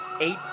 Eight